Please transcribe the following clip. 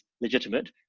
legitimate